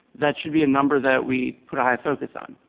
that should be a number that we put a high focus on.